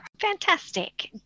Fantastic